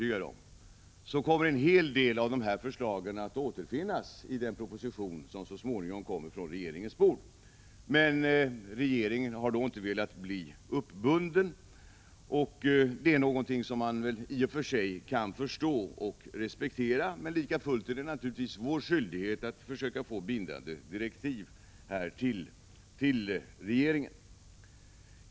Helt säkert kommer en hel del av förslagen att återfinnas i den proposition som så småningom kommer från regeringen, men regeringen har inte velat bli uppbunden. Det är någonting som man väl i och för sig kan förstå och respektera, men lika fullt är det naturligtvis vår skyldighet att försöka få bindande direktiv till regeringen.